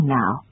now